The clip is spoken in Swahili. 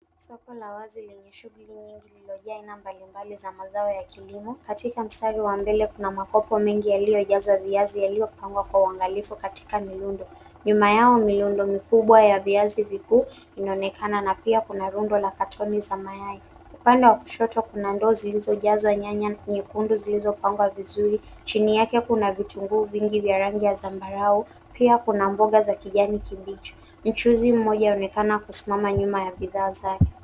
Soko la wazi lenye shughuli nyingi lilizojaa aina mbalimbali za mazao ya kilimo. Katika mstari wa mbele kuna makopo mengi yaliyojazwa viazi yaliyopangwa kwa uangalifu katika miundo. Nyuma yao miundo mikubwa ya viazi vikuu, inaonekana na pia kuna rundo la katoni za mayai. Upande wa kushoto kuna ndoo zilizojazwa nyanya nyekundu zilizopangwa vizuri. Chini yake hapo kuna vitunguu vingi vya rangi ya zambarau. Pia kuna mboga za kijani kibichi. Mchuzi mmoja aonekana kusimama nyuma ya bidhaa zake.